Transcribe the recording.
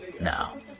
now